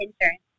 insurance